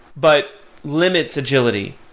but limits agility.